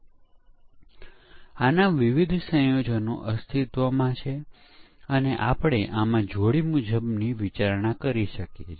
max એ y ની બરાબર હોવું જોઈએ પરંતુ તે પછી તે પરીક્ષણનાં કેસો જોઈએ જેની સાથે તે પરીક્ષણ કર્યું છે